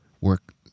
work